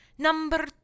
Number